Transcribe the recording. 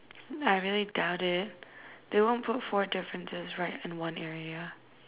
I really doubt it they won't put four differences right in one area